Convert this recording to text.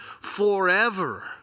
forever